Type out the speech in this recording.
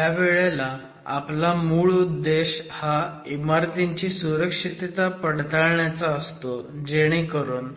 ह्या वेळेला आपला मूळ उद्देश हा इमारतींची सुरक्षितता पडताळण्याचा असतो जेणेकरून